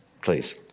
please